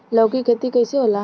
लौकी के खेती कइसे होला?